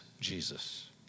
Jesus